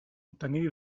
obtenir